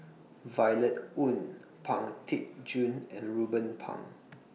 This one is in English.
Violet Oon Pang Teck Joon and Ruben Pang